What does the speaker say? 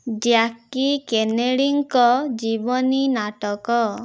ଜ୍ୟାକି କେନେଡ଼ିଙ୍କ ଜୀବନୀ ନାଟକ